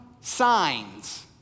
signs